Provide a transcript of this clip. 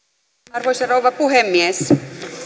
arvoisa rouva puhemies